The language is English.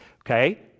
okay